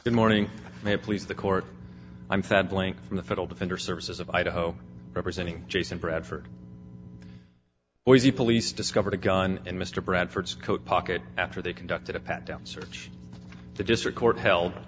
good morning may it please the court i'm fed blank from the federal defender services of idaho representing jason bradford boise police discovered a gun in mr bradford's coat pocket after they conducted a pat down search the district court held